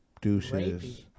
douches